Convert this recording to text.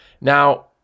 Now